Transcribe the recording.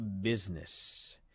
business